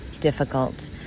difficult